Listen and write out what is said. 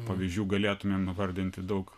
pavyzdžių galėtumėm vardinti daug